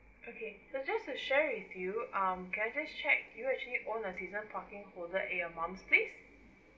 okay just to share with you um can I just check you actually owe a season parking holder at your mum's place